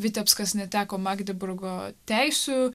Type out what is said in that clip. vitebskas neteko magdeburgo teisių